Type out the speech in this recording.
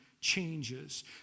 changes